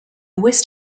west